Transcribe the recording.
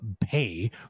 pay